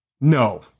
No